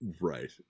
Right